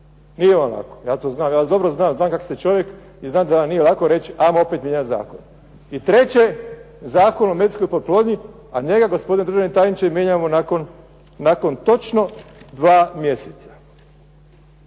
Nije vam lako. Ja to znam, ja dobro znam, znam kakav ste čovjek i znam da vam nije lako reći ajmo opet mijenjati zakon. I treće, Zakon o medicinskoj oplodnji a njega gospodine državni tajniče mijenjamo nakon točno dva mjeseca.